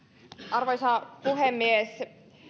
arvoisa puhemies